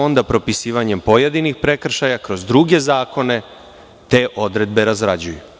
Onda se propisivanjem pojedinih prekršaja kroz druge zakone te odredbe razrađuju.